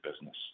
business